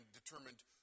determined